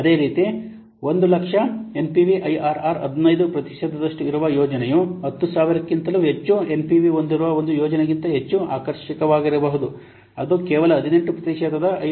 ಅದೇ ರೀತಿ 100000 NPV IRR 15 ಪ್ರತಿಶತದಷ್ಟು ಇರುವ ಯೋಜನೆಯು 10000 ಕ್ಕಿಂತಲೂ ಹೆಚ್ಚು ಎನ್ಪಿವಿ ಹೊಂದಿರುವ ಒಂದು ಯೋಜನೆಗಿಂತ ಹೆಚ್ಚು ಆಕರ್ಷಕವಾಗಿರಬಹುದು ಅದು ಕೇವಲ 18 ಪ್ರತಿಶತದ ಐ